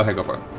go for it.